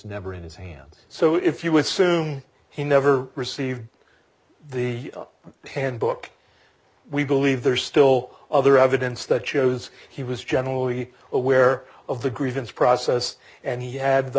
never in his hands so if you assume he never received the handbook we believe there's still other evidence that shows he was generally aware of the grievance process and he had the